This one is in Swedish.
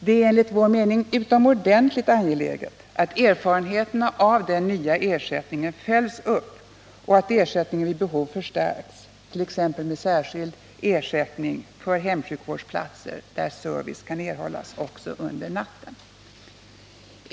Det är enligt vår mening utomordentligt angeläget att erfarenheterna av den nya ersättningen följs upp och att ersättningen vid behov förstärks, t.ex. med särskild ersättning för hemsjukvårdsplatser, där service kan erhållas under natten.